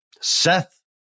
Seth